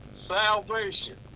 Salvation